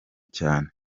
cyane